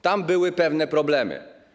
Tam były pewne problemy.